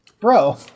Bro